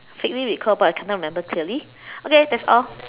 vaguely recall but I cannot remember clearly okay that's all